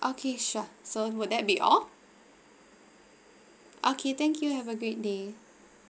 okay sure so will that be all okay thank you have a great day